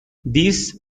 these